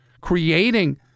creating